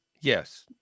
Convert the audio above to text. yes